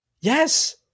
Yes